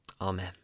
Amen